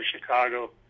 Chicago